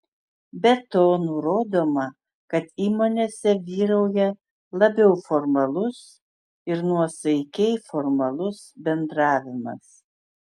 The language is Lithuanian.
be to nurodoma kad įmonėse vyrauja labiau formalus ir nuosaikiai formalus bendravimas